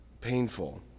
painful